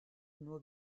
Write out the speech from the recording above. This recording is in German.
nur